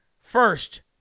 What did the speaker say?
First